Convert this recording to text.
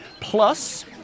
Plus